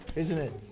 isn't it.